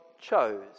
chose